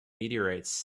meteorites